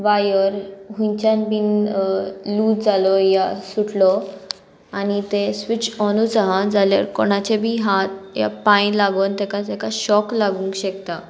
wire हुंयच्यान बीन loose जालो या सुटलो आनी ते स्विच ऑनूच आहा जाल्यार कोणाचे बी हात पांय लागोन तेका तेका शॉक लागूंक शकता